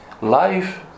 life